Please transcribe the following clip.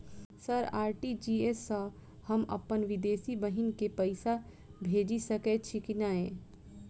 Sir RTGS सँ हम अप्पन विदेशी बहिन केँ पैसा भेजि सकै छियै की नै?